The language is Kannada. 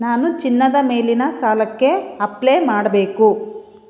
ನಾನು ಚಿನ್ನದ ಮೇಲಿನ ಸಾಲಕ್ಕೆ ಅಪ್ಲೇ ಮಾಡಬೇಕು